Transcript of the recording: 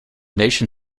nation